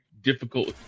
difficult